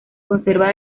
conserva